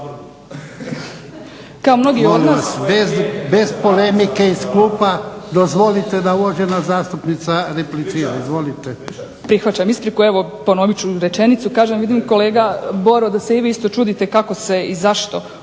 kako se i zašto